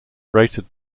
rated